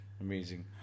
amazing